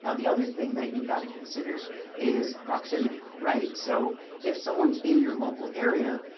ah the other thing that you've got to consider is proximity, right? so if someone's in your local area,